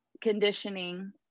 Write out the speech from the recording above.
conditioning